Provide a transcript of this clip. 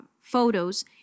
photos